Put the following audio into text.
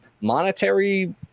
monetary